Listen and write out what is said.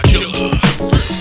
Killer